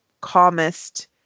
calmest